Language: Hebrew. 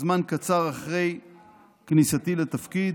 זמן קצר אחרי כניסתי לתפקיד,